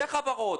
זה חברות,